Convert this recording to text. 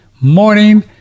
morning